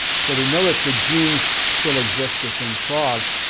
so we know that the genes still exist within frogs,